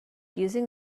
using